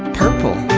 purple